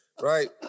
Right